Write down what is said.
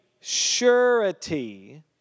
surety